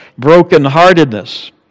brokenheartedness